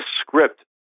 script